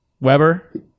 Weber